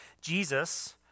Jesus